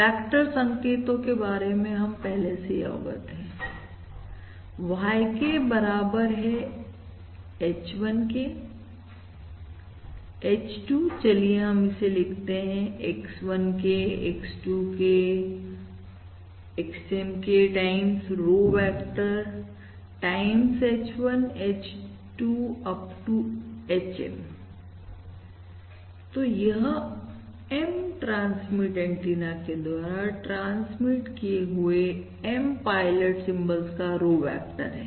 vector संकेतों के बारे में हम पहले से ही अवगत हैं YK बराबर है H1 केH2 चलिए हम इस लिखते हैं इस तरह X1 K X2 K XM K times row vector times H1 H2 up to HMतो यह M ट्रांसमिट एंटीना के द्वारा ट्रांसमिट किए हुए M पायलट सिंबल का रो वेक्टर है